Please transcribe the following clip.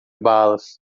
balas